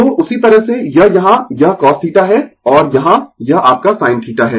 तो उसी तरह से यह यहाँ यह cos θ है और यहाँ यह आपका sin θ है